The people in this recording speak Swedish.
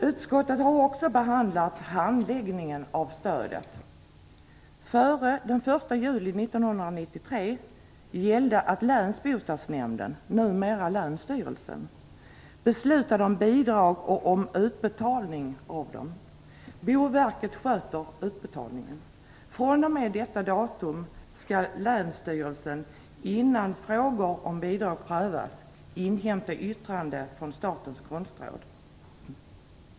Utskottet har också behandlat handläggningen av stödet. Före den 1 juli 1993 gällde att länsbostadsnämnden - numera länsstyrelsen - beslutade om bidrag och utbetalning av stöden. Boverket sköter utbetalningen. fr.o.m. detta datum skall länsstyrelsen, innan frågor om bidrag prövas, inhämta yttrande från Statens konstråd.